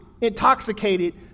intoxicated